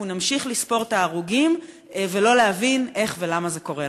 אנחנו נמשיך לספור את ההרוגים ולא להבין איך ולמה זה קורה לנו.